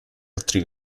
altri